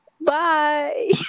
Bye